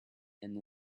and